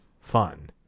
fun